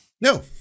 no